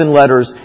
letters